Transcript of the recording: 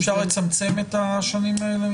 אפשר לצמצם את התקופה הזאת?